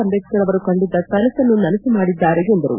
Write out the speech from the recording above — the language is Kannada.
ಅಂಬೇಡ್ಕರ್ ಅವರು ಕಂಡಿದ್ದ ಕನಸನ್ನು ನನಸು ಮಾಡಿದ್ದಾರೆ ಎಂದರು